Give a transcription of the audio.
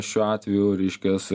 šiuo atveju reiškias